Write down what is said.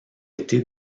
été